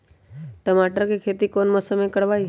टमाटर की खेती कौन मौसम में करवाई?